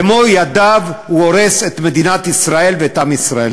במו-ידיו הוא הורס את מדינת ישראל ואת עם ישראל.